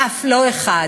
אף לא אחד.